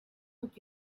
not